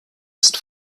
ist